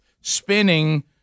spinning